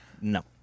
No